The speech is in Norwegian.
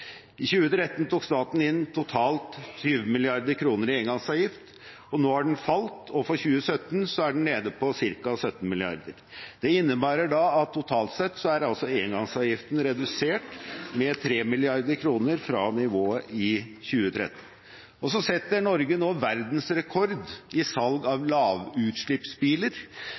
I 2013 tok staten inn totalt 20 mrd. kr i engangsavgift. Nå har den falt, og for 2017 er den nede på ca. 17 mrd. kr. Det innebærer at totalt sett er altså engangsavgiften redusert med 3 mrd. kr fra nivået i 2013. Norge setter nå verdensrekord i salg av lavutslippsbiler